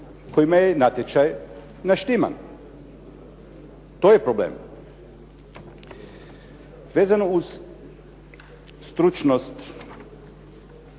kojima je natječaj naštiman. To je problem. Vezano uz stručnost